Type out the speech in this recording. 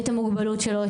את המוגבלות שלו,